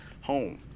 home